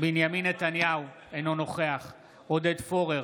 בנימין נתניהו, אינו נוכח עודד פורר,